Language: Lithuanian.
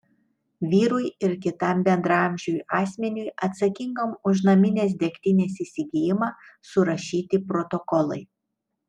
vyrui ir kitam bendraamžiui asmeniui atsakingam už naminės degtinės įsigijimą surašyti protokolai